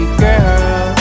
girl